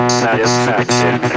satisfaction